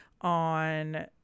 on